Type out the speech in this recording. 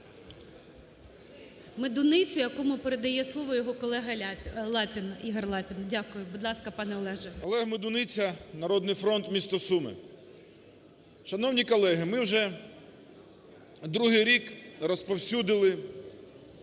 Медуницю, якому передає слово його колега Лапін, Ігор Лапін. Дякую. Будь ласка, пане Олеже. 10:05:41 МЕДУНИЦЯ О.В. Олег Медуниця, "Народний фронт", місто Суми. Шановні колеги, ми вже другий рік розповсюдили